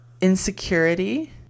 insecurity